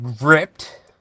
ripped